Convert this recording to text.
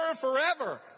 forever